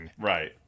right